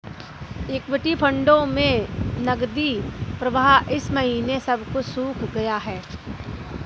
equity फंडों में नकदी प्रवाह इस महीने सब कुछ सूख गया है